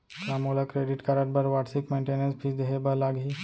का मोला credit card बर वार्षिक मेंटेनेंस फीस देहे बर लागही?